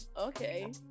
okay